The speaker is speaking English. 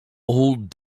old